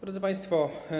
Drodzy Państwo!